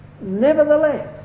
nevertheless